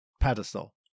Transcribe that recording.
pedestal